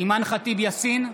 אימאן ח'טיב יאסין,